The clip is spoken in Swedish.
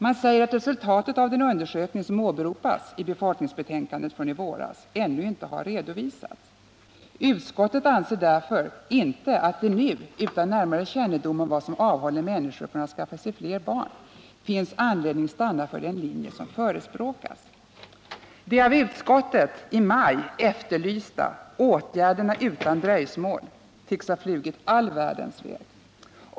Man säger att resultatet av den undersökning som åberopades i befolkningsbetänkandet från i våras ännu inte har redovisats och fortsätter: ”Utskottet anser därför inte att det nu utan närmare kännedom om vad som avhåller människor från att skaffa sig flera barn finns anledning stanna för en sådan linje som innefattas i motionsförslaget då det gäller det direkta ekonomiska stödet till barnfamiljer.” De ”åtgärder utan dröjsmål” som utskottet efterlyste i maj tycks ha flugit all världens väg.